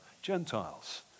Gentiles